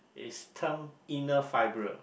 is term inner fibre